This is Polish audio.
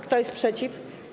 Kto jest przeciw?